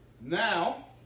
Now